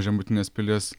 žemutinės pilies